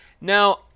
Now